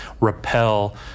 repel